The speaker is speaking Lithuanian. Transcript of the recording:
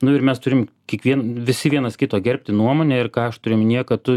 nu ir mes turim kiekvien visi vienas kito gerbti nuomonę ir ką aš turiu omenyje kad tu